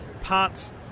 parts